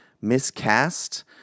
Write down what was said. miscast